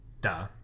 Duh